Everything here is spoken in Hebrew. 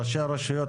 ראשי הרשויות,